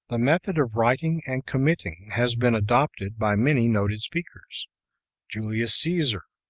the method of writing and committing has been adopted by many noted speakers julius caesar,